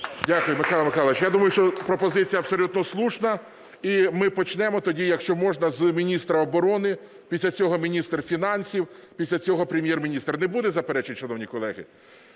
Дякую, Михайло Михайлович. Я думаю, що пропозиція абсолютно слушна, і ми почнемо тоді, якщо можна, з міністра оборони, після цього міністр фінансів, після цього Прем'єр-міністр. Не буде заперечень, шановні колеги?